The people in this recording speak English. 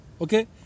Okay